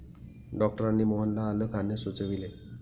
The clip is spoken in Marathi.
डॉक्टरांनी मोहनला आलं खाण्यास सुचविले